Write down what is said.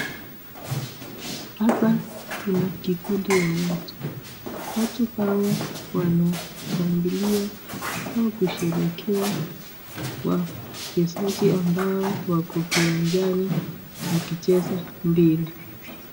Hapa Kuna kikundi ya watu, watu hawa wanashangilia au kusherekea wachezaji ambao wako kiwanjani wakicheza mpira.